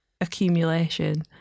accumulation